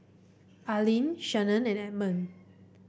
Arlyn Shannan and Edmund